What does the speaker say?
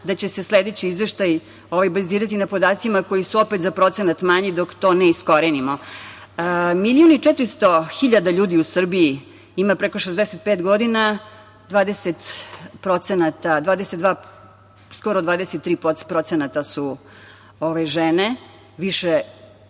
da će se sledeći izveštaj bazirati na podacima koji su opet za procenat manji, dok to ne iskorenimo. Milion i 400.000 ljudi u Srbiji ima preko 65 godina, skoro 23% su žene, više